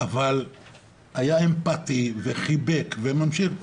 אבל היה אמפתי וחיבק, וממשיך.